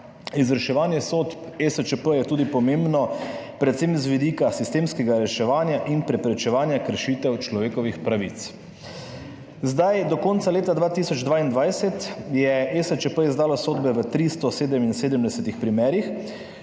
Izvrševanje sodb ESČP je tudi pomembno predvsem z vidika sistemskega reševanja in preprečevanja kršitev človekovih pravic. Do konca leta 2022 je ESČP izdalo sodbe v 377 primerih,